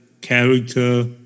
character